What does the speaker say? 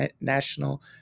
national